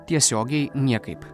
tiesiogiai niekaip